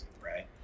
right